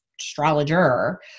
astrologer